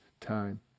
time